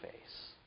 face